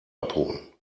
abholen